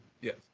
Yes